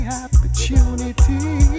opportunity